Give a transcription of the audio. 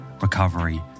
recovery